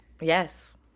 Yes